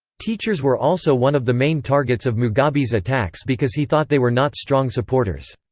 teachers were also one of the main targets of mugabe's attacks because he thought they were not strong supporters.